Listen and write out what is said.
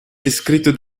descritto